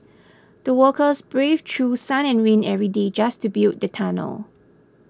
the workers braved through sun and rain every day just to build the tunnel